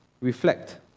reflect